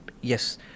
yes